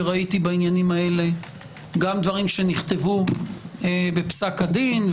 וראיתי בעניינים האלה גם דברים שנכתבו בפסק הדין,